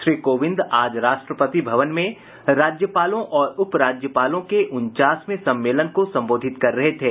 श्री कोविंद आज राष्ट्रपति भवन में राज्यपालों और उप राज्यपालों के उनचासवें सम्मेलन को संबोधित कर रहे थे